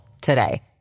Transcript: today